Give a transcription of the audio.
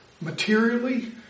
materially